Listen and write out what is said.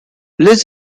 liz